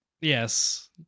Yes